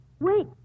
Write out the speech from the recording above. Wait